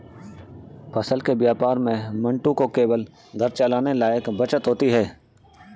फल के व्यापार में मंटू को केवल घर चलाने लायक बचत होती है